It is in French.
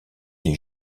des